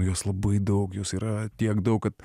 jos labai daug jos yra tiek daug kad